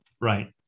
right